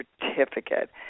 Certificate